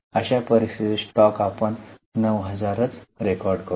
अशा परिस्थितीत स्टॉक आपण 9000 रेकॉर्ड करू